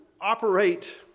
operate